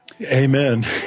Amen